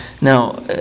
Now